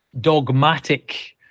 dogmatic